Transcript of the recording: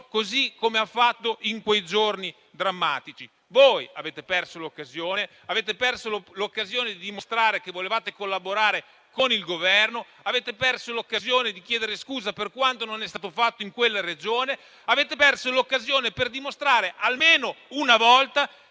così come ha fatto in quei giorni drammatici. Voi avete perso l'occasione di dimostrare che volevate collaborare con il Governo. Avete perso l'occasione di chiedere scusa per quanto non è stato fatto in quella Regione. Avete perso l'occasione di dimostrare almeno una volta